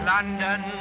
London